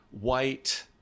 white